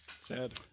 Sad